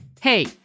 Hey